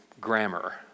grammar